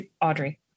audrey